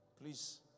please